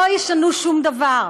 לא ישנו שום דבר.